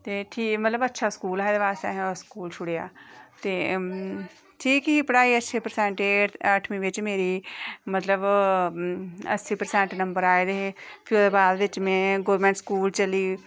ठीक हा ओह् स्कूल मतलब एह्दे आस्तै असें ओह् स्कूल छुड़ेआ ते ठीक ही पढ़ाई अच्छी परसैंटेज़ अठमीं बिच मेरी मतलब अस्सी परसैंट नंबर आए दे हे फ्ही ओह्दे बाद में गौरमेंट स्कूल चली